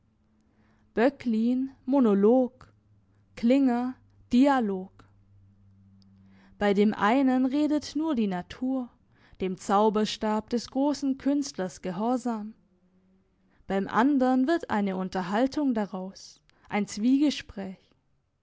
böcklin monolog klinger dialog bei dem einen redet nur die natur dem zauberstab des grossen künstlers gehorsam beim andern wird eine unterhaltung draus ein zwiegespräch